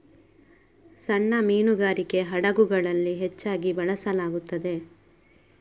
ಸಣ್ಣ ಮೀನುಗಾರಿಕೆ ಹಡಗುಗಳಲ್ಲಿ ಹೆಚ್ಚಾಗಿ ಬಳಸಲಾಗುತ್ತದೆ